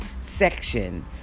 section